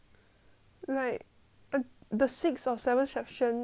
the six or seven session is circuit breaker right